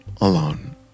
alone